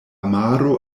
maro